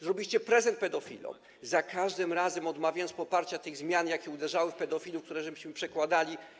Zrobiliście prezent pedofilom, za każdym razem odmawiając poparcia tych zmian, jakie uderzały w pedofilów, które przykładaliśmy.